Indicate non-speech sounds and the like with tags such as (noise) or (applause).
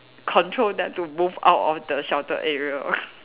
control them to move out of the sheltered area (noise)